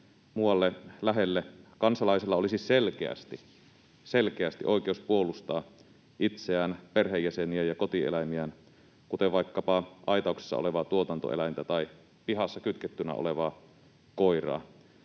muualle lähelle, kansalaisilla olisi selkeästi, selkeästi oikeus puolustaa itseään, perheenjäseniään ja kotieläimiään, kuten vaikkapa aitauksessa olevaa tuotantoeläintä tai pihassa kytkettynä olevaa koiraa.